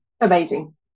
amazing